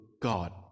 God